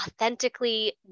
authentically